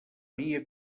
via